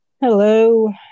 Hello